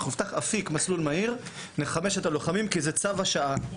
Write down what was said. אנחנו נפתח אפיק במסלול מהיר ואנחנו נחמש את הלוחמים כי זה צו השעה.